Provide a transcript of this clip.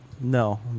No